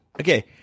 okay